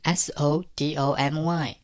sodomy